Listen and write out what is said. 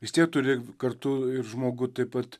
vis tiek turi kartu ir žmogų taip pat